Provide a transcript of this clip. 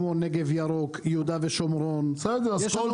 כמו נגב ירוק; יהודה ושומרון; יש לנו